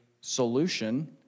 solution